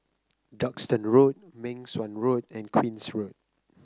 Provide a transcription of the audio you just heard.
Duxton Road Meng Suan Road and Queen's Road